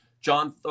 John